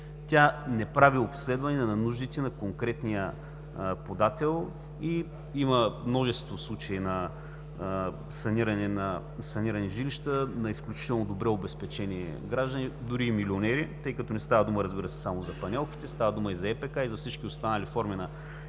Тя не прави обследване на нуждите на конкретния подател и има множество случаи на санирани жилища на изключително добре обезпечени граждани, дори и милионери, тъй като не става дума, разбира се, само за панелките. Става дума и за ЕПК, и за всички останали форми на